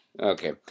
Okay